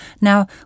Now